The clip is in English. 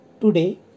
today